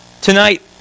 Tonight